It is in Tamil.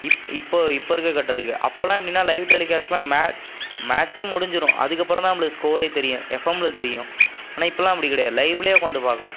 இப்போ இப்போ இப்போ இருக்க கட்டத்துக்கு அப்போல்லாம் எப்படினா லைவ் டெலிகாஸ்ட்லாம் மே மேட்ச்சே முடிஞ்சுரும் அதுக்கு அப்புறம் தான் நம்பளுக்கு ஸ்கோரே தெரியும் எஃப்எம்மில் தெரியும் ஆனால் இப்போல்லாம் அப்படி கிடையாது லைவ்லேயே உக்காந்து பார்க்குறோம்